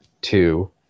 Two